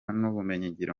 n’ubumenyingiro